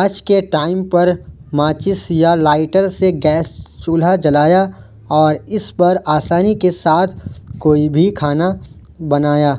آج کے ٹائم پر ماچس یا لائٹر سے گیس چولہا جلایا اور اس پر آسانی کے ساتھ کوئی بھی کھانا بنایا